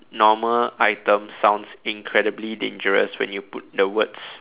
normal item sounds incredibly dangerous when you put the words